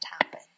happen